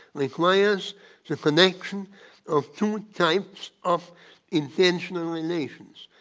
requires the connection of two types of intentional relations.